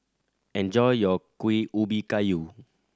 enjoy your Kuih Ubi Kayu